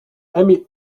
emil